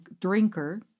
drinker